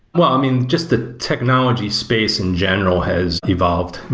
but i mean, just the technology space in general has evolved.